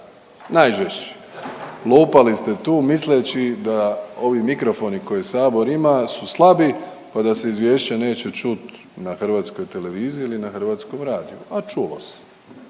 najžešći. Lupali ste tu misleći da ovi mikrofoni koje sabor ima su slabi, pa da se izvješće neće čuti na hrvatskoj televiziji ili na hrvatskom radiju, a čulo se.